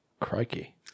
crikey